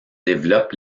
développe